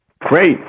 Great